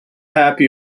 happy